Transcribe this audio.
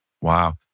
Wow